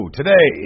today